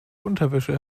unterwäsche